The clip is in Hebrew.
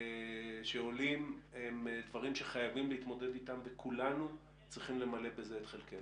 עולים דברים שחייבים להתמודד אתם וכולנו צריכים למלא את חלקנו,